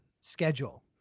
schedule